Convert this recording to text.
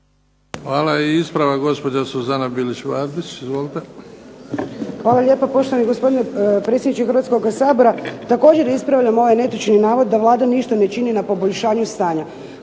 Hvala. I ispravak gospođa Suzana Bilić-Vardić. Izvolite. **Bilić Vardić, Suzana (HDZ)** Hvala. Poštovani gospodine predsjedniče Hrvatskoga sabora. Također ispravljam ovaj netočni navod da Vlada ništa ne čini na poboljšanju stanja.